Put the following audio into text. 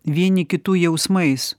vieni kitų jausmais